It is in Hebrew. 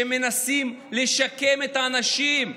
מנסים לשקם את האנשים,